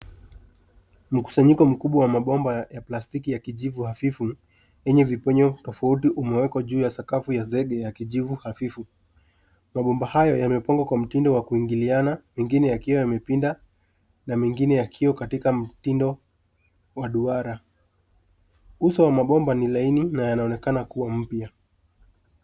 Mkusanyiko mkubwa wa mabomba ya plastiki ya kijivu hafifu yenye viponyo tofauti ume wekwa juu ya sakafu ya zege ya kijivu hafifu. Mabomba hayo yame pangwa kwa mtindo wa kuingiliana mengine yakiwa yamepinda na mengine yakiwa katika mtindo wa duara. Uso wa mabomba ni laini na yanaonekana kuwa mpya.